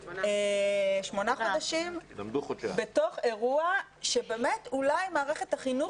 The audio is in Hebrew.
בתוך אירוע שבאמת אולי מערכת החינוך